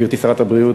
גברתי שרת הבריאות,